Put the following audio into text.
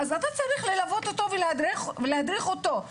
אז אתה צריך ללוות אותו ולהדריך אותו,